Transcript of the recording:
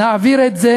נעביר את זה